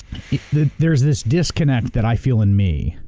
there's this disconnect that i feel in me,